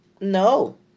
No